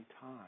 time